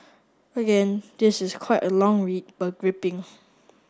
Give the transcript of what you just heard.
again this is quite a long read but gripping